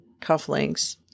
cufflinks